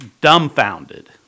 dumbfounded